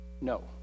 No